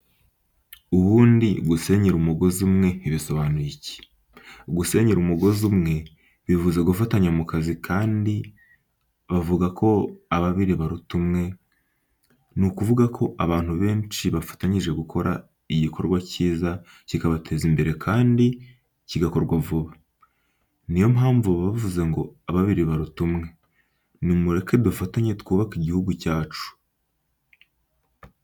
Ubundi gusenyera umugozi umwe bisobanuye iki? Gusenyera umugozi umwe bivuze gufatanya mu kazi kandi bavuga ko ababiri baruta umwe, ni ukuvuga ko abantu benshi bafatanyije bakora igikorwa cyiza kibateza imbere kandi kigakorwa vuba. Ni yo mpamvu bavuze ngo ababiri baruta umwe. Ni mureke dufatanye twubake igihugu cyacu.